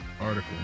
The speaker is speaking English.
article